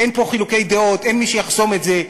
אין פה חילוקי דעות, אין מי שיחסום את זה,